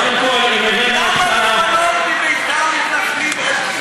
למה לפנות מתנחלים מביתם,